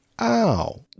ow